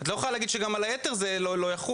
את לא יכולה להגיד שגם על היתר זה לא יחול.